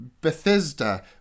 Bethesda